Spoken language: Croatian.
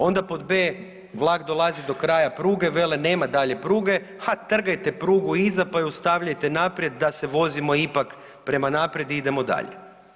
Onda pod B, vlak dolazi do kraja pruge vele nema dalje pruge, ha trgajte prugu iza pa je stavljate naprijed da se vozimo ipak prema naprijed i idemo dalje.